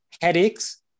headaches